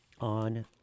on